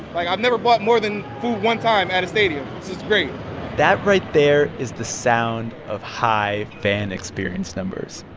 like i've never bought more than food one time at a stadium. this is great that right there is the sound of high fan experience numbers.